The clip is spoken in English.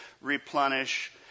replenish